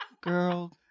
girl